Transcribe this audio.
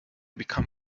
become